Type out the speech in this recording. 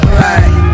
right